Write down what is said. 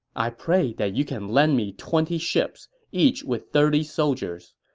i pray that you can lend me twenty ships, each with thirty soldiers.